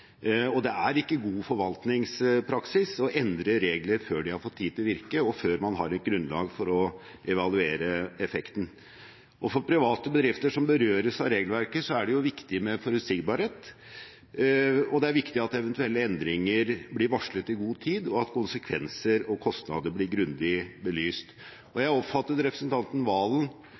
virke. Det er ikke god forvaltningspraksis å endre regler før de har fått tid til å virke, og før man har et grunnlag for å evaluere effekten. For private bedrifter som berøres av regelverket, er det viktig med forutsigbarhet, det er viktig at eventuelle endringer blir varslet i god tid, og at konsekvenser og kostnader blir grundig belyst. Jeg oppfatter representanten Serigstad Valen